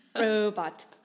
Robot